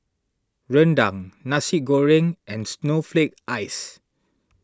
Rendang Nasi Goreng and Snowflake Ice